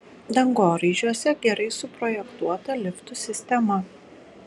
dangoraižiuose gerai suprojektuota liftų sistema